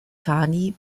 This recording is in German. thani